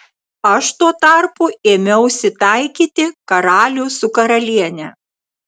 aš tuo tarpu ėmiausi taikyti karalių su karaliene